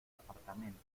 apartamento